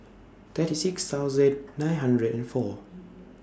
thirty six thousand nine hundred and four